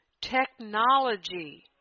Technology